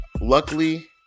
luckily